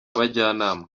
abajyanama